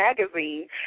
Magazine